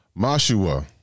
Mashua